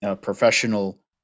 professional